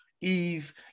Eve